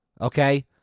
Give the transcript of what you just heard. Okay